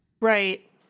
Right